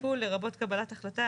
טיפול לרבות קבלת החלטה,